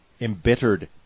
Embittered